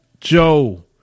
Joe